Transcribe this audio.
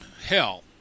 Hell